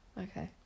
Okay